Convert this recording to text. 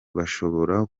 bashobora